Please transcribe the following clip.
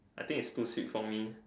I think it's too sweet for me